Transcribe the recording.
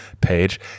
page